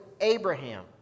Abraham